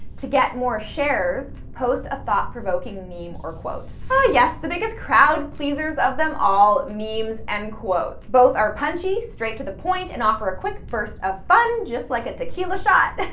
to get more shares, post a thought-provoking meme or quote. oh yes, the biggest crowd pleasers of them all, memes and quotes, both are punchy, straight to the point, and offer a quick burst of fun, just like a tequila shot.